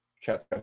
chat